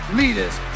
leaders